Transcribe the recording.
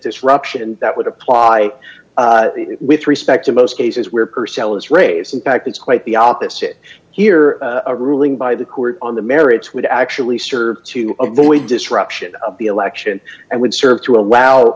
disruption that would apply with respect to most cases where purcell is raised in fact it's quite the opposite here a ruling by the court on the merits would actually serve to avoid disruption of the election and would serve to allow